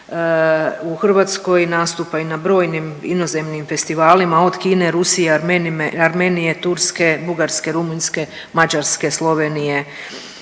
u Hrvatskoj nastupa i na brojnim inozemnim festivalima, od Kine, Rusije, Armenije, Turske, Bugarske, Rumunjske, Mađarske, Slovenije,